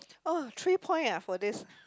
oh three point ah for this